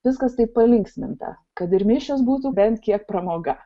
viskas taip palinksminta kad ir mišios būtų bent kiek pramoga